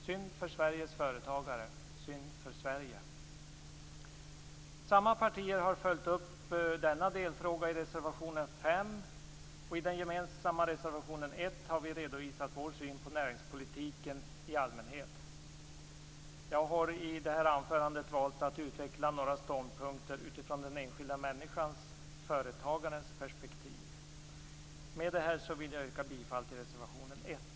Synd för Sveriges företagare. Synd för Sverige. Samma partier har följt upp denna delfråga i reservation 5, och i den gemensamma reservationen 1 har vi redovisat vår syn på näringspolitiken i allmänhet. Jag har i mitt anförande valt att utveckla några ståndpunkter utifrån den enskilda människans, företagarens, perspektiv. Med detta vill jag yrka bifall till reservation 1.